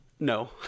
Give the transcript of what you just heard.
No